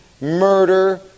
murder